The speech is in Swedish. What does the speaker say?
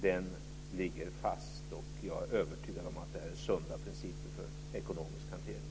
Den ligger fast, och jag är övertygad om att det här är sunda principer för ekonomisk hantering.